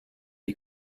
die